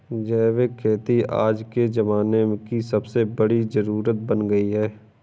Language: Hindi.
जैविक खेती आज के ज़माने की सबसे बड़ी जरुरत बन गयी है